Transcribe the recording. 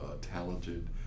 talented